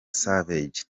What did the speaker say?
savage